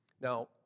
Now